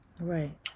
Right